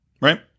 right